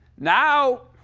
now,